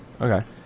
Okay